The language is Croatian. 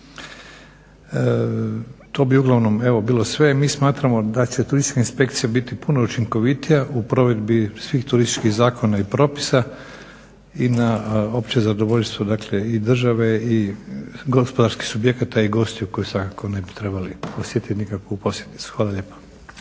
To bi uglavnom evo bilo sve. Mi smatramo da će turističke inspekcije biti puno učinkovitije u provedbi svih turističkih zakona i propisa i na opće zadovoljstvo i države i gospodarskih subjekata i gostiju koji svakako ne bi trebali osjetiti nikakvu posljedicu. Hvala lijepa.